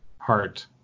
heart